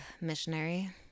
missionary